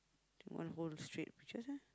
do you want to hold the straight peaches ah